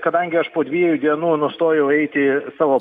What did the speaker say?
kadangi aš po dviejų dienų nustojau eiti savo